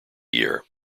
year